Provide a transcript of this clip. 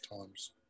times